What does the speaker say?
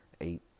eight